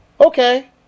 okay